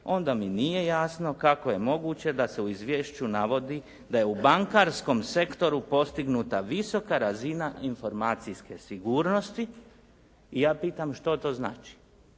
onda mi nije jasno kako je moguće da se u izvješću navodi da je u bankarskom sektoru postignuta visoka razina informacijske sigurnosti i ja pitam što to znači?